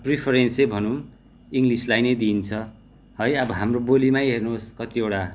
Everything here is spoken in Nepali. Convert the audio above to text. प्रिफरेन्सै भनौँ इङ्ग्लिसलाई दिइन्छ है अब हाम्रो बोलीमै हेर्नोस् कतिवटा